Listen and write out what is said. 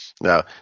Now